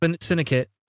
syndicate